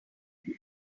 not